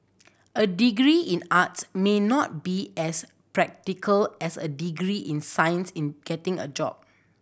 a degree in arts may not be as practical as a degree in science in getting a job